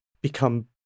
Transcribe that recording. become